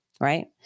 right